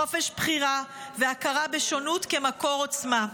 חופש בחירה והכרה בשונות כמקור עוצמה.